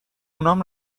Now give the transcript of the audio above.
اونام